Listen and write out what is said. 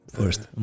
first